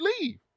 leave